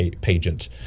pageant